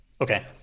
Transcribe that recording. Okay